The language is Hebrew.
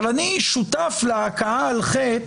אבל אני שותף להכאה על חטא,